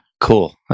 cool